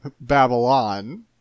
Babylon